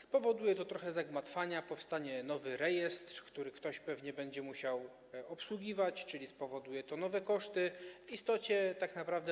Spowoduje to trochę zagmatwania, powstanie nowy rejestr, który ktoś pewnie będzie musiał obsługiwać, czyli spowoduje to nowe koszty, w istocie